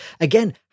again